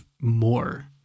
more